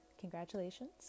Congratulations